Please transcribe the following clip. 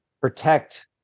protect